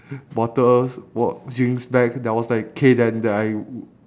bottles wa~ drinks back then I was like K then then I